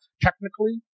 technically